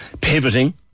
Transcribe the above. pivoting